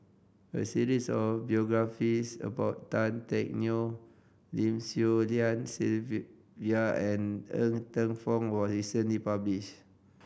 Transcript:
a series of biographies about Tan Teck Neo Lim Swee Lian Sylvia and Ng Teng Fong was recently published